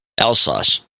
Alsace